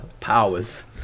powers